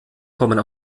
kommen